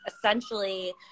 Essentially